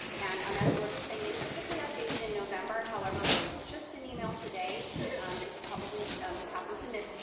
and um as george was saying, they typically update it in november. however, there was just an email today that you probably um just happened to miss,